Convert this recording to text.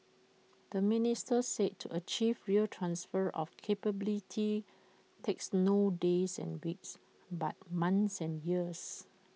the minister said to achieve real transfer of capability takes not days and weeks but months and years